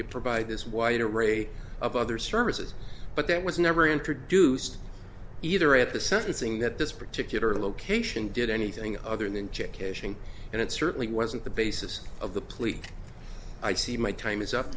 to provide this wide array of other services but that was never introduced either at the sentencing that this particular location did anything other than check cashing and it certainly wasn't the basis of the plea i see my time is up